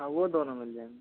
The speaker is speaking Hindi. हाँ वो दोनों मिल जाएंगे